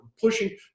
pushing